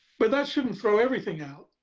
but that shouldn't throw everything out.